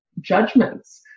judgments